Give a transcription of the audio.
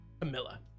Camilla